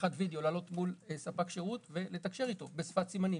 בשיחת וידיאו להעלות מול ספק שירות ולתקשר איתו בשפת סימנים.